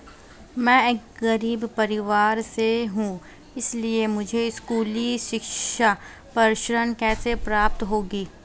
मैं एक गरीब परिवार से हूं इसलिए मुझे स्कूली शिक्षा पर ऋण कैसे प्राप्त होगा?